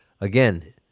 Again